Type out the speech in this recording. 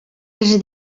els